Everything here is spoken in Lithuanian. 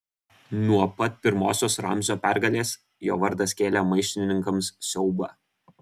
nuo pat pirmosios ramzio pergalės jo vardas kėlė maištininkams siaubą